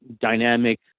dynamic